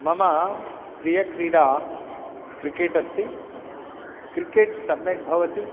मम प्रिया क्रीडा क्रिकेट् अस्ति क्रिकेट् सम्यक् भवति